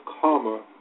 karma